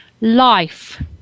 life